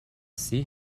see